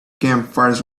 campfires